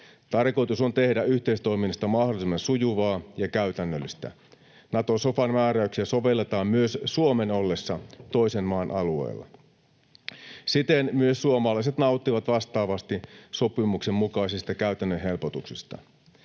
Tarkoitus on tehdä yhteistoiminnasta mahdollisimman sujuvaa ja käytännöllistä. Nato-sofan määräyksiä sovelletaan myös Suomen ollessa toisen maan alueella. Siten myös suomalaiset nauttivat vastaavasti sopimuksen mukaisista käytännön helpotuksista.